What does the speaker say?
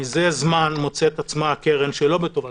זה זמן מוצאת את עצמה הקרן שלא בטובתה,